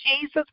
Jesus